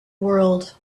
world